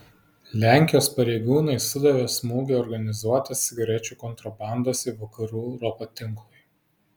lenkijos pareigūnai sudavė smūgį organizuotos cigarečių kontrabandos į vakarų europą tinklui